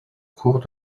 cours